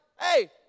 hey